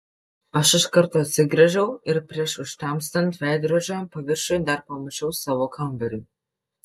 aš iš karto atsigręžiau ir prieš užtemstant veidrodžio paviršiui dar pamačiau savo kambarį